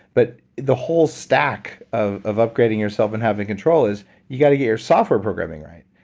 but the whole stack of of upgrading yourself and having control is you got to get your software programming right.